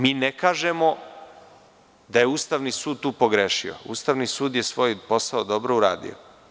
Mi ne kažemo da je Ustavni sud tu pogrešio, Ustavni sud je svoj posao dobro to uradio.